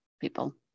people